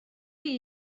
chi